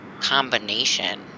combination